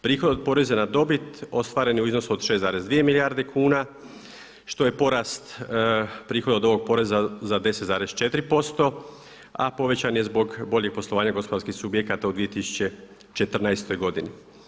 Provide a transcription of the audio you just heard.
Prihod od poreza na dobit ostvaren je u iznosu od 6,2 milijarde kuna što je porast prihoda od ovog poreza za 10,4% a povećan je zbog boljeg poslovanja gospodarskih subjekata u 2014. godini.